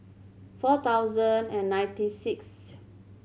four thousand and ninety sixth